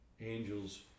angels